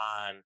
on